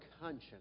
conscience